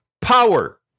power